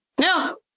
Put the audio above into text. No